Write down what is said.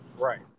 Right